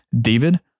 David